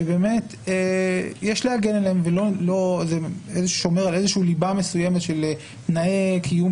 שבאמת יש להגן עליהם וזה שומר על ליבה מסוימת של תנאי קיום